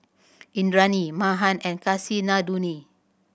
Indranee Mahan and Kasinadhuni